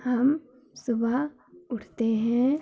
हम सुबह उठते हैं